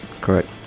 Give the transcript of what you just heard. Correct